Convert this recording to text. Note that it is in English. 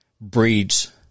breeds